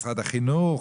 משרד החינוך,